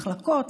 מחלקות,